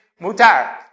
Mutar